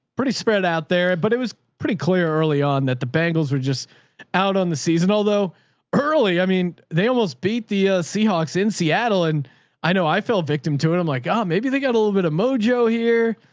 pretty spread out there. but it was pretty clear early on that the bangles were just out on the season, although early, i mean they almost beat the ah seahawks in seattle and i know i fell victim to it. i'm like, oh, um maybe they got a little bit of mojo here,